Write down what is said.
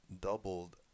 doubled